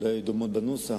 ואולי לא דומות בנוסח,